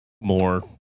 More